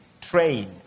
Train